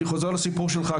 אני חוזר לסיפור שלך,